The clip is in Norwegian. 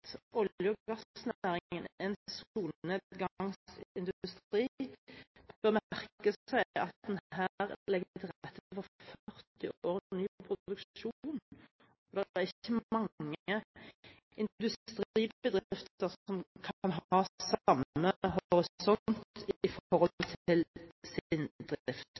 olje- og gassnæringen er en solnedgangsindustri, bør merke seg at en her legger til rette for 40 års ny produksjon. Det er ikke mange industribedrifter som kan ha